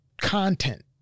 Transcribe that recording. content